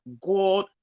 god